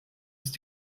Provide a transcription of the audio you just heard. ist